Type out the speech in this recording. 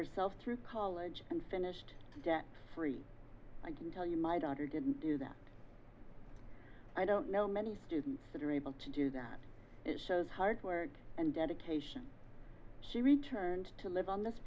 herself through college and finished debt free i can tell you my daughter didn't do that i don't know many students that are able to do that it shows hard work and dedication she returned to live on this